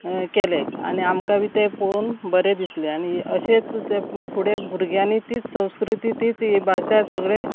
केलें आनी आमकां बी तें पळोवन बरें दिसलें आनी अशेंच ते फुडें भुरग्यांनी तीच संस्कृती तीच ही भाशा सगळे